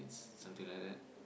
something like that